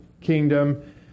kingdom